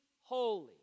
holy